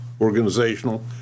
organizational